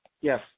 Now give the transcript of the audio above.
Yes